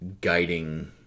guiding